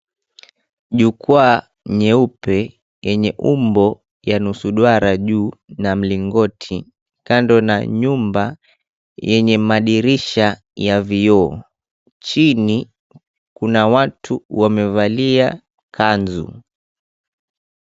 Jukwaa nyeupe yenye umbo ya nusu duara juu na mlingoti kando na nyumba yenye madirisha ya vioo. Chini kuna watu wamevalia kanzu.